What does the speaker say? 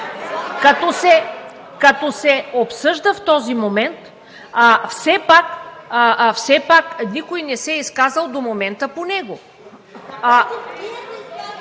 Като се обсъжда в този момент, все пак никой не се е изказал до момента по него.